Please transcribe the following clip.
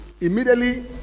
Immediately